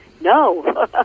no